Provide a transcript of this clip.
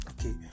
okay